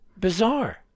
bizarre